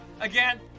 again